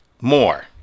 more